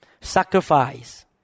sacrifice